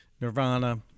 Nirvana